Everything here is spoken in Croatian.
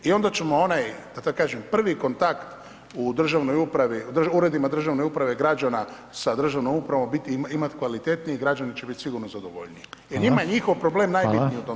I onda ćemo onaj da tako kažem prvi kontakt u državnoj upravi, u uredima državne uprave građana sa državnom upravom, biti, imati kvalitetniji i građani će biti sigurno zadovoljniji, jer njima je njihov problem najbitniji u tom